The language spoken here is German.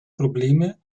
probleme